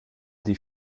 die